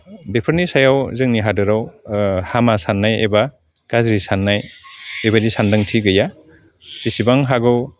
बेफोरनि सायाव जोंनि हादोराव हामा सान्नाय एबा गाज्रि सान्नाय बेबायदि सान्दांथि गैया जेसेबां हागौ